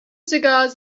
cigars